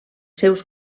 seus